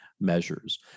measures